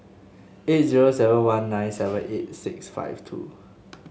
eight zero seven one nine seven eight six five two